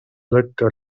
lekka